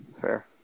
Fair